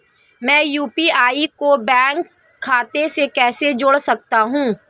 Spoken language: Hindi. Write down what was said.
मैं यू.पी.आई को बैंक खाते से कैसे जोड़ सकता हूँ?